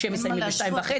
שהם מסיימים ב-14:30.